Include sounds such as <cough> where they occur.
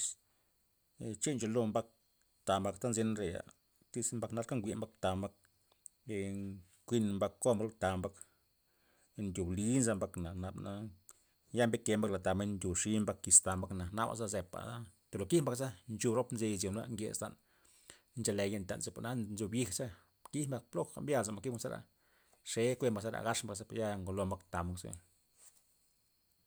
<noise> e che ncholo mbak ta mbak ta nzy tre'ya tzi mbak narka njwi'rka mbak ta mbak nkuyn mbak kol mbak ta mbak, ndyob li nza mbakna na, nab na ya mbike mbak lad tad mbak ndyopxi mbak yis ta mbakna nabaza zepa nryo thib mbakza nchub rop nzy izyo'na nges tan, nchale yek tan chop jwa'na nxub yijza, kij mbay popa mbye lozo kij mbak zera xe kue mbay zera gax mbak za ya' ngolo mbak ta mbak ze.